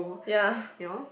ya